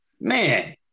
man